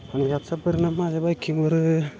आणि याचा परिणाम माझ्या बायकिंगवर